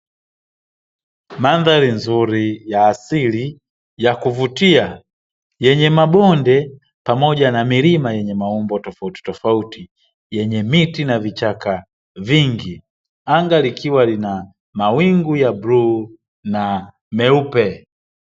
Mandhari nzuri ya asili ya kuvutia yenye mabonde pamoja na milima, yenye maumbo tofauti tofauti yenye miti na vichaka vingi, anga ikiwa na mawingu ya bluu na meupe.